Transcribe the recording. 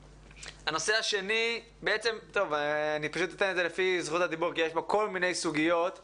את הנושא השני אתן לפי זכות הדיבור כי יש בו כל מיני סוגיות.